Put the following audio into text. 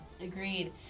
agreed